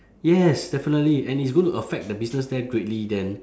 yes definitely and it's going to affect the business there greatly then